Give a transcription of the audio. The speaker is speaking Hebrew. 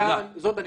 זאת הנקודה.